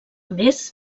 més